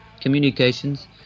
communications